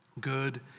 Good